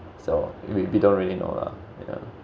so we don't really know lah you know